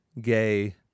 gay